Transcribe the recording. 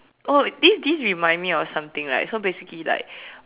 oh this this remind me of something like so basically like